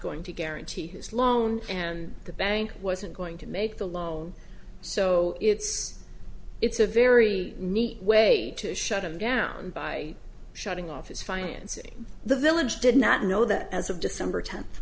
going to guarantee his loan and the bank wasn't going to make the loan so it's it's a very neat way to shut him down by shutting off his financing the village did not know that as of december ten